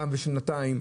פעם בשנתיים.